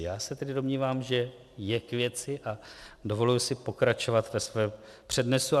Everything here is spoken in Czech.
Já se tedy domnívám, že je k věci, a dovoluji si pokračovat ve svém přednesu.